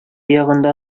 ягында